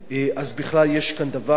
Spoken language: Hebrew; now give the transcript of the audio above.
אז בכלל יש כאן דבר שהוא,